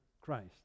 Christ